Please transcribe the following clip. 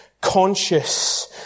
conscious